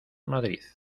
madrid